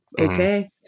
okay